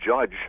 judge